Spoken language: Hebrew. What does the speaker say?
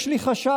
יש לי חשש,